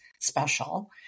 special